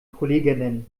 kolleginnen